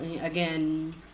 again